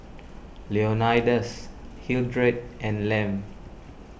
Leonidas Hildred and Lem